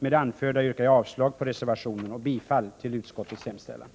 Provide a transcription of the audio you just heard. Med det anförda yrkar jag avslag på reservationen och bifall till utskottets hemställan.